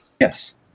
yes